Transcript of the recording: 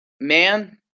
man